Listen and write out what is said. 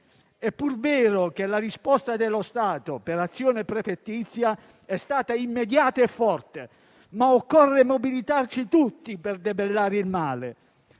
È pur vero che la risposta dello Stato per azione prefettizia è stata immediata e forte, ma occorre mobilitarci tutti per debellare il male.